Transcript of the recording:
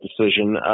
decision